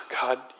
God